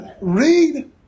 Read